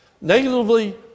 Negatively